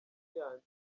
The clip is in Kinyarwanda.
yandi